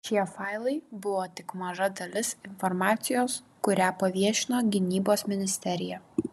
šie failai buvo tik maža dalis informacijos kurią paviešino gynybos ministerija